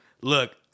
Look